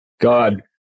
god